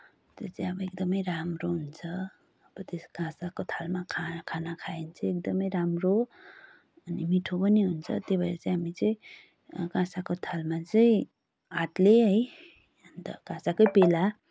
त्यो चाहिँ अब एकदमै राम्रो हुन्छ अब त्यस काँसाको थालमा खाना खाइन्छ एकदमै राम्रो अनि मिठो पनि हुन्छ त्यही भएर चाहिँ हामी चाहिँ काँसाको थालमा चाहिँ हातले है अन्त काँसाकै प्याला